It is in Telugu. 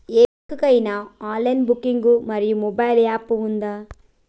ఏ బ్యాంక్ కి ఐనా ఆన్ లైన్ బ్యాంకింగ్ మరియు మొబైల్ యాప్ ఉందా?